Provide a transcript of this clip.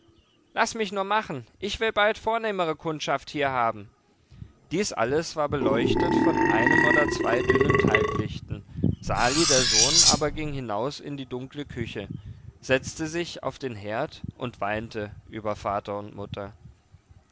laß mich nur machen ich will bald vornehmere kundschaft hier haben dies alles war beleuchtet von einem oder zwei dünnen talglichten sali der sohn aber ging hinaus in die dunkle küche setzte sich auf den herd und weinte über vater und mutter